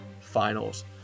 finals